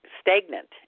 stagnant